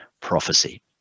prophecy